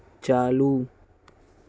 چالو